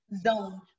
zone